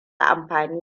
amfani